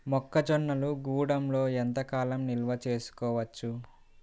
మొక్క జొన్నలు గూడంలో ఎంత కాలం నిల్వ చేసుకోవచ్చు?